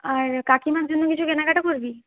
আর কাকিমার জন্য কিছু কেনাকাটা করবি